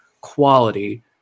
quality